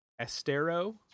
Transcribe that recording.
estero